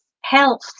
health